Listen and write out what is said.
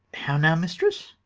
how now, mistress!